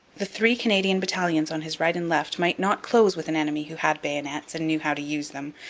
the three canadian battalions on his right and left might not close with an enemy who had bayonets and knew how to use them,